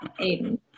Aiden